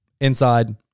inside